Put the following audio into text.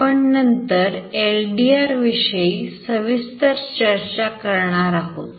आपण नंतर LDR विषयी सविस्तर चर्चा करणार आहोत